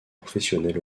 professionnel